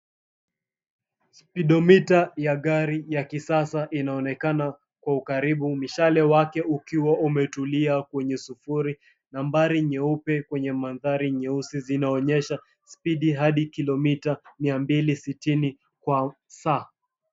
Speedometer ya gari ya kisasa inaonekana kwa ukaribu. Mishale wake ukiwa umetulia kwenye sufuri nambari nyeupe kwenye mandhari nyeusi zinaonyesha spidi hadi kilomita mia mbili sitini kwa saa.